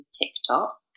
TikTok